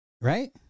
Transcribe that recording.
right